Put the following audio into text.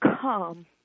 Come